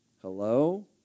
Hello